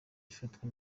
ifatwa